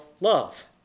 love